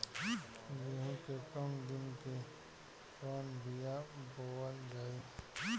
गेहूं के कम दिन के कवन बीआ बोअल जाई?